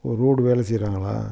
ஓ road வேலை செய்யறாங்களா